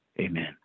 Amen